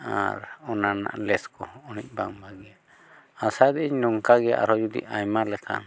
ᱟᱨ ᱚᱱᱟ ᱨᱮᱱᱟᱜ ᱞᱮᱥ ᱠᱚᱦᱚᱸ ᱩᱱᱟᱹᱜ ᱵᱟᱝ ᱵᱷᱟᱹᱜᱤᱭᱟ ᱟᱥᱟᱭ ᱮᱫᱟᱹᱧ ᱱᱚᱝᱠᱟ ᱜᱮ ᱟᱨᱦᱚᱸ ᱡᱩᱫᱤ ᱟᱭᱢᱟ ᱞᱮᱠᱟᱱ